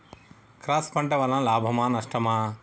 Cross పంట వలన లాభమా నష్టమా?